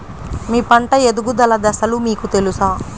మీ పంట ఎదుగుదల దశలు మీకు తెలుసా?